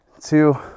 two